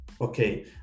okay